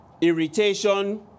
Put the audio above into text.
irritation